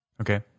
Okay